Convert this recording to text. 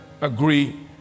agree